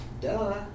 duh